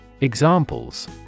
Examples